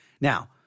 now